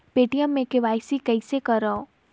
Paytm मे KYC कइसे करव?